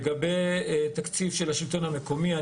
לגבי תקציב של השלטון המקומי,